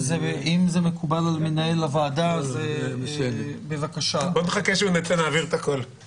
כלומר אדם שלא מאתרים אצלו מיטלטלין בסכום כולל של 2,500